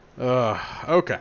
Okay